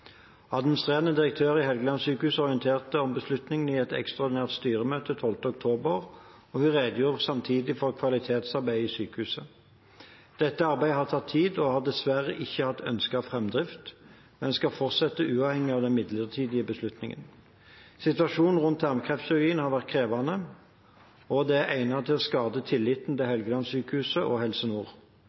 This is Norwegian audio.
Administrerende direktør i Helgelandssykehuset orienterte om beslutningen i et ekstraordinært styremøte den 12. oktober, og hun redegjorde samtidig for kvalitetsarbeidet i sykehuset. Dette arbeidet har tatt tid og dessverre ikke hatt ønsket framdrift, men skal fortsette uavhengig av den midlertidige beslutningen. Situasjonen rundt tarmkreftkirurgi har vært krevende og er egnet til å skade tilliten til Helgelandssykehuset og Helse Nord.